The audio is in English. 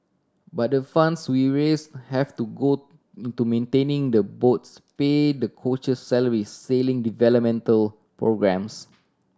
but the funds we raise have to go into maintaining the boats pay the coach salaries sailing developmental programmes